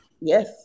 Yes